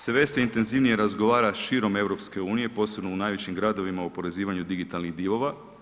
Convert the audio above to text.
Sve se intenzivnije razgovara širom EU, posebno u najvećim gradovima o oporezivanju digitalnih divova.